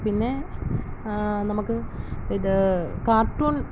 പിന്നെ നമുക്ക് ഇത് കാർട്ടൂൺ